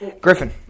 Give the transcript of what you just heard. Griffin